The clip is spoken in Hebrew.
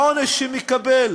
העונש שמקבל